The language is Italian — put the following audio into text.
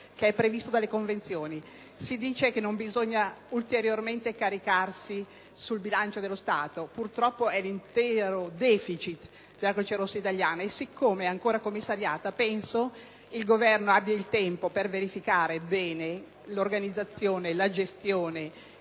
Si dice che non bisogna ulteriormente caricare sul bilancio dello Stato. Purtroppo, si tratta dell'intero *deficit* della Croce Rossa italiana e siccome questo ente è ancora commissariato, penso che il Governo abbia il tempo di verificarne bene l'organizzazione, la gestione,